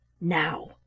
Now